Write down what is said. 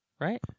Right